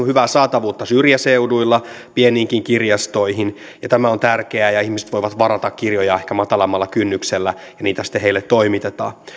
hyvää saatavuutta syrjäseuduilla pieniinkin kirjastoihin tämä on tärkeää ja ihmiset voivat varata kirjoja ehkä matalammalla kynnyksellä ja niitä sitten heille toimitetaan